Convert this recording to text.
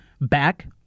back